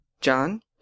John